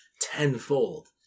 tenfold